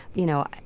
you know,